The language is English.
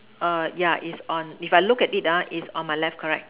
err yeah it's on if I look at it ah its on my left correct